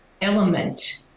element